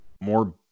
more